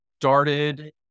started